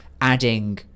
adding